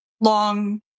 long